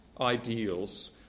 ideals